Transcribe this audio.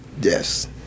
Yes